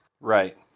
right